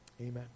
Amen